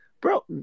Bro